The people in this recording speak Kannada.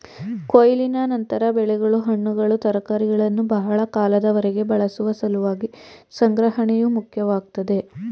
ಕೊಯ್ಲಿನ ನಂತರ ಬೆಳೆಗಳು ಹಣ್ಣುಗಳು ತರಕಾರಿಗಳನ್ನು ಬಹಳ ಕಾಲದವರೆಗೆ ಬಳಸುವ ಸಲುವಾಗಿ ಸಂಗ್ರಹಣೆಯು ಮುಖ್ಯವಾಗ್ತದೆ